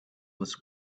was